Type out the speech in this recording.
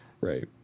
Right